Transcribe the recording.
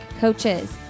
coaches